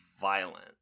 violent